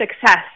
success